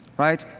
right?